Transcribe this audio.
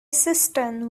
cistern